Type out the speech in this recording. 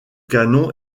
canon